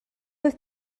oedd